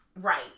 Right